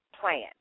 plan